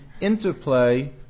interplay